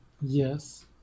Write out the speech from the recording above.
Yes